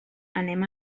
anem